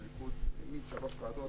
הליכוד העמיד שלוש ועדות,